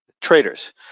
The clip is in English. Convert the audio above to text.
traders